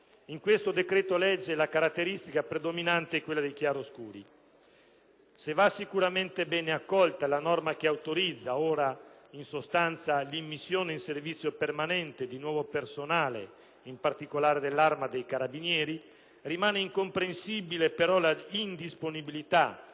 In questo decreto-legge la caratteristica predominante è quella dei chiaroscuri. Se va sicuramente ben accolta la norma che autorizza in sostanza l'immissione in servizio permanente di nuovo personale, in particolare nell'Arma dei carabinieri, rimane incomprensibile però l'indisponibilità